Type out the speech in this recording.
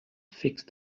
fixed